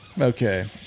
Okay